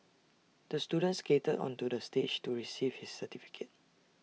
the student skated onto the stage to receive his certificate